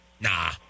nah